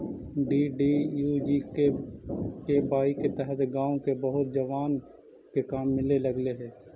DDUGKY के तहत गाँव के बहुत जवान के काम मिले लगले हई